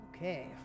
Okay